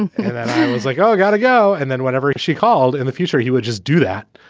and was like, oh, i gotta go. and then whatever she called in the future, he would just do that.